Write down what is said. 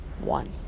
One